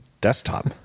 desktop